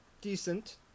decent